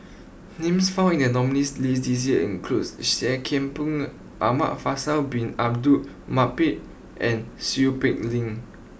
names found in the nominees' list this year include Seah Kian Peng Faisal Bin Abdul Manap and Seow Peck Leng